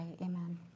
amen